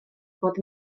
fod